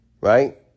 right